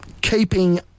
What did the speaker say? keeping